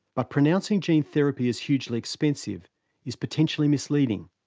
but pronouncing gene therapy as hugely expensive is potentially misleading.